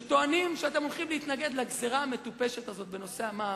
שטוענים שהם הולכים להתנגד לגזירה המטופשת הזאת בנושא המע"מ,